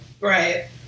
right